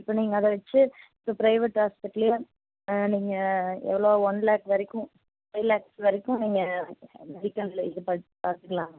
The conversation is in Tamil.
இப்போ நீங்கள் அதை வச்சி இப்போ பிரைவேட் ஹாஸ்பிட்லையே நீங்கள் எவ்வளோ ஒன் லேக் வரைக்கும் ஃபை லேக்ஸ் வரைக்கும் நீங்கள் மெடிக்கலில் இது பண்ணி பார்த்துக்குலாங்க